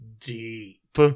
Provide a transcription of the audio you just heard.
deep